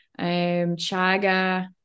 chaga